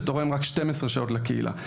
שתורם רק 12 שעות לקהילה.